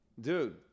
Dude